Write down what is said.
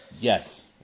Yes